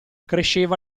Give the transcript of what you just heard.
cresceva